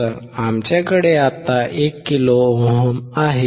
तर आमच्याकडे आता 1 किलो ओम आहे